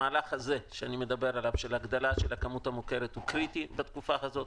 המהלך הזה שאני מדבר עליו של הגדלת הכמות המוכרת הוא קריטי בתקופה הזאת.